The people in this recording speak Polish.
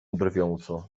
drwiąco